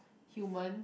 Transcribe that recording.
human